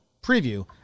preview